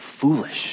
foolish